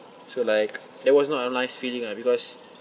so like that was not a nice feeling lah because